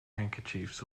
handkerchiefs